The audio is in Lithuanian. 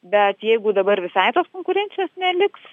bet jeigu dabar visai tos konkurencijos neliks